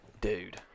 Dude